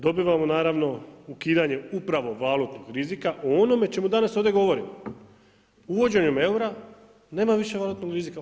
Dobivamo naravno ukidanje upravo valutnog rizika, o onome o čemu danas ovdje govorimo, uvođenjem eura nema više valutnog rizika.